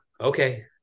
okay